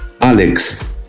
Alex